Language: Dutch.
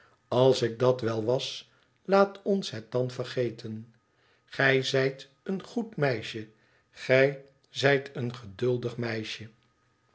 als ik dat wel was laat ons het dan vergeten gij zijt een goed meisje gij zijt een geduldig meisje